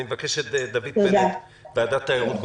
אני מבקש את דוד פלד מוועדת תיירות גולן.